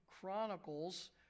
Chronicles